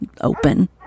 open